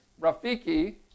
Rafiki